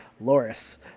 Loris